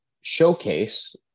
showcase